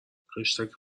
خشتک